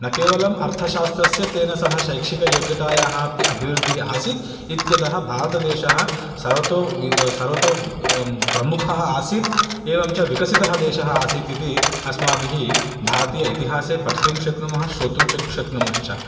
न केवलम् अर्थशास्त्रस्य तेन सह शैक्षिकयोग्यतायाः अपि अभिवृद्धिः आसीत् इत्यतः भारतदेशः सर्वतो सर्वतो प्रमुखः आसीत् एवं च विकसितः देशः आसीत् इति अस्माभिः भारतीय इतिहासे पठितुं शक्नुमः श्रोतुं शक् शक्नुमश्च